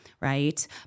right